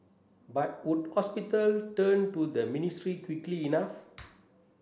but would hospital turn to the ministry quickly enough